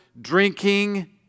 drinking